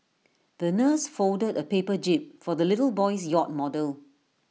the nurse folded A paper jib for the little boy's yacht model